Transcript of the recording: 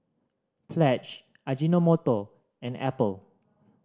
Pledge Ajinomoto and Apple